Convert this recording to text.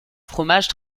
fromage